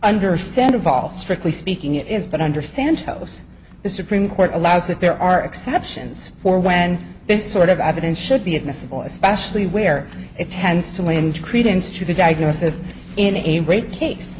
understand of all strictly speaking it is but i understand those the supreme court allows if there are exceptions for when this sort of evidence should be admissible especially where it tends to wind credence to the diagnosis in a rape case